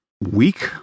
weak